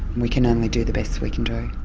we can only do the best we can do.